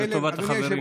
לטובת החברים.